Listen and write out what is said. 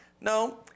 No